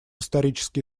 исторические